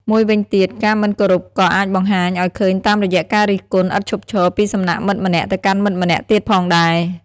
មួយវិញទៀត ការមិនគោរពក៏អាចបង្ហាញឱ្យឃើញតាមរយៈការរិះគន់ឥតឈប់ឈរពីសំណាក់មិត្តម្នាក់ទៅកាន់មិត្តម្នាក់ទៀតផងដែរ។